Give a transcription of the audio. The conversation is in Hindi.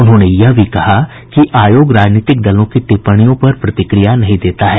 उन्होंने यह भी कहा कि आयोग राजनीतिक दलों की टिप्पणियों पर प्रतिक्रिया नहीं देता है